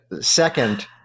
second